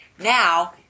Now